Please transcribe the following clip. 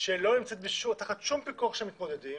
שלא נמצאת תחת שום פיקוח של המתמודדים